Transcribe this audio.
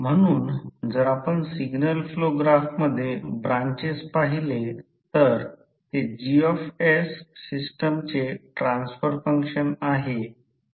आता जर याकडे आले तर आता H च्या विशिष्ट मूल्यानुसार o y मध्ये दाखवल्याप्रमाणे बहुतेक डोमेन हे अलाईन असतील आणि फ्लक्स डेन्सिटी आणखी वाढवणे कठीण होईल